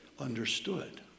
understood